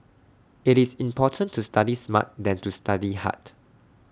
IT is important to study smart than to study hard